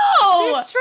No